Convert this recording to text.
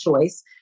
choice